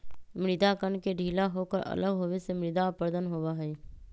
मृदा कण के ढीला होकर अलग होवे से मृदा अपरदन होबा हई